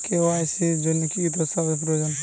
KYC এর জন্যে কি কি দস্তাবেজ প্রয়োজন?